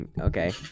Okay